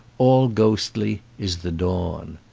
all ghostly, is the dawn.